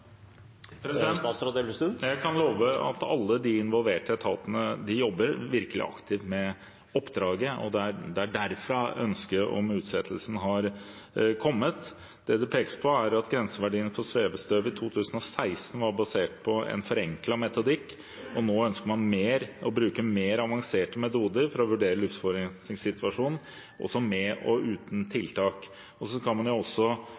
involverte etatene jobber virkelig aktivt med oppdraget, og det er derfra ønsket om utsettelse har kommet. Det det pekes på, er at grenseverdiene for svevestøv i 2016 var basert på en forenklet metodikk, og nå ønsker man å bruke mer avanserte metoder for å vurdere luftforurensningssituasjonen, også med og uten tiltak. Så skal man ikke bare komme med forslag til hva som skal være de nye grenseverdiene, men man skal også